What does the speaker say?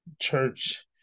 church